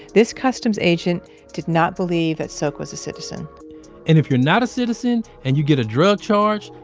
this customs agent did not believe that sok was a citizen and if you're not a citizen and you get a drug charge,